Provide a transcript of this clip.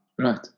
Right